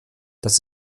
das